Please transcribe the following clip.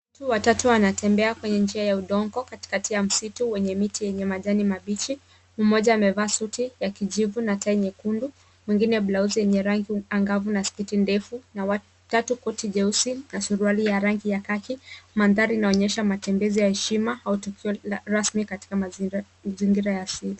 Watu watatu wanatembea kwenye njia ya udongo katikati ya msitu wenye miti yenye majani mabichi. Mmoja amevaa suti ya kijivu na tai nyekundu, mwingine blausi yenye rangi angavu na sketi ndefu na wa tatu koti jeusi na suruali ya rangi ya kaki. Mandhari inaonyesha matembezi ya heshima au tukio rasmi katika mazingira ya asili.